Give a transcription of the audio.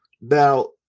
Now